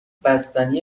بستنی